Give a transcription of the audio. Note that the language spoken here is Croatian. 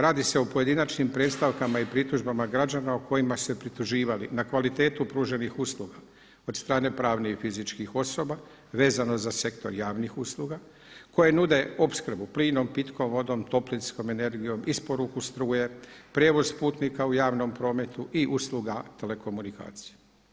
Radi se o pojedinačnim predstavkama i pritužbama građana u kojima se prituživali na kvalitetu pruženih usluga od strane pravnih i fizičkih osoba vezano za sektor javnih usluga koje nude opskrbom plinom, pitkom vodom, toplinskom energijom, isporuku struje, prijevoz putnika u javnom prometu i usluga telekomunikacija.